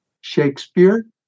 Shakespeare